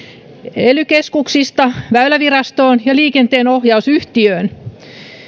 ely keskuksista väylävirastoon ja liikenteenohjausyhtiöön